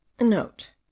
note